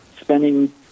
spending